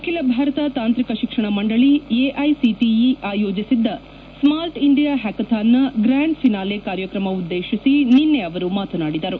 ಅಖಿಲ ಭಾರತ ತಾಂತ್ರಿಕ ಶಿಕ್ಷಣ ಮಂಡಳಿ ಎಐಸಿಟಿಇ ಆಯೋಜಿಸಿದ್ದ ಸ್ನಾರ್ಟ್ ಇಂಡಿಯಾ ಹ್ಲಾಕಥಾನ್ನ ಗ್ರ್ಯಾಂಡ್ ಫಿನಾಲೆ ಕಾರ್ಯಕ್ರಮ ಉದ್ದೇಶಿಸಿ ನಿನ್ನೆ ಅವರು ಮಾತನಾಡಿದರು